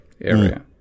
area